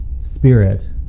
Spirit